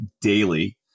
daily